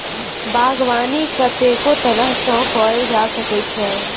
बागबानी कतेको तरह सँ कएल जा सकै छै